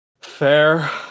Fair